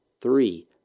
three